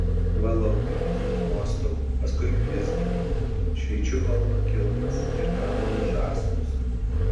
valau jį glostau paskui blizginu šveičiu balno kilpas ir kamanų žąslus